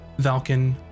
Valken